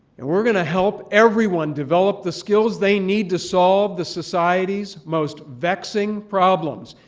and we're going to help everyone develop the skills they need to solve the society's most vexing problems,